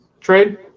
trade